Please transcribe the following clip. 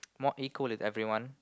more equal as everyone